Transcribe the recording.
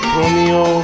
Romeo